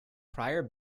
prior